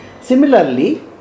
Similarly